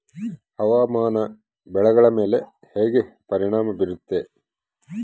ಹವಾಮಾನ ಬೆಳೆಗಳ ಮೇಲೆ ಹೇಗೆ ಪರಿಣಾಮ ಬೇರುತ್ತೆ?